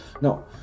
no